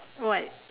what